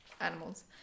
animals